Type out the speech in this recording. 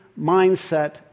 mindset